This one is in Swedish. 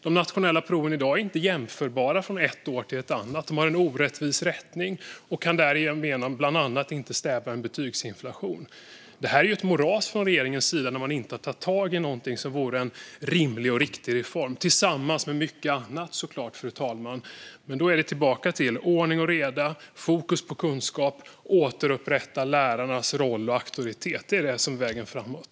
De nationella proven i dag är inte jämförbara från ett år till ett annat. De har en orättvis rättning och kan därigenom bland annat inte stävja betygsinflation. Detta är ett moras från regeringens sida, att man inte har tagit tag i någonting som vore en rimlig och riktig reform - såklart tillsammans med mycket annat, fru talman. Då är vi tillbaka vid ordning och reda, fokus på kunskap och återupprättande av lärarnas roll och auktoritet. Det är det som är vägen framåt.